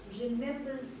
remembers